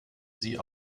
sie